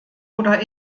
oder